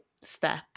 Step